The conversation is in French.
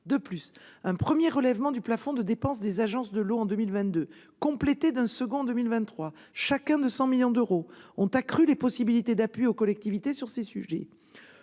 ailleurs, un premier relèvement du plafond de dépenses des agences de l'eau en 2022, complété par un second en 2023, chacun à hauteur de 100 millions d'euros, a accru les possibilités d'appui aux collectivités sur ces sujets.